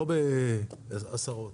לא בעשרות.